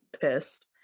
pissed